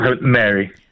Mary